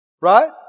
Right